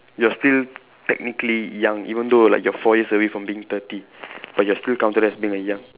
you're still technically young even though like you're four years away from being thirty but you're still counted as being a young